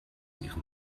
ihrem